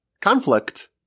conflict